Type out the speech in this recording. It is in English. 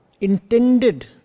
intended